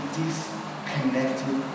disconnected